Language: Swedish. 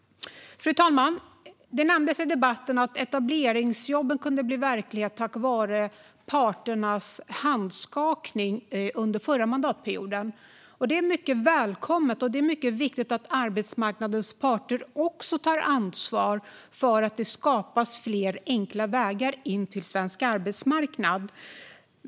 Fru talman! Det har nämnts i debatten att etableringsjobben kunde bli verklighet tack vare parternas handskakning under förra mandatperioden. Det är mycket välkommet och viktigt att arbetsmarknadens parter tar ansvar för att det skapas fler enkla vägar in till svensk arbetsmarknad.